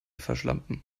verschlampen